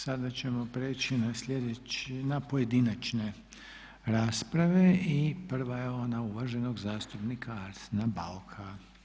Sada ćemo prijeći na pojedinačne rasprave i prva je ona uvaženog zastupnika Arsena Bauka.